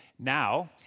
now